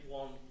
one